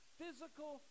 physical